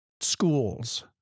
schools